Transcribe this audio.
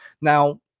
Now